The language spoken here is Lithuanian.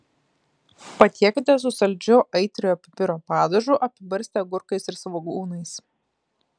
patiekite su saldžiu aitriojo pipiro padažu apibarstę agurkais ir svogūnais